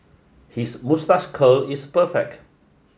his moustache curl is perfect